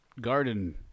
Garden